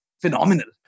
phenomenal